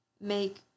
make